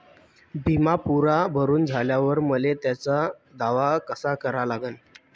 बिमा पुरा भरून झाल्यावर मले त्याचा दावा कसा करा लागन?